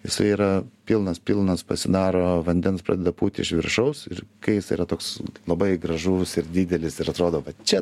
jisai yra pilnas pilnas pasidaro vandens pradeda pūti iš viršaus ir kai jis yra toks labai gražus ir didelis ir atrodo vat čia